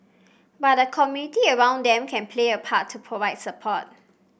but the community around them can play a part to provide support